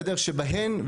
שבהן,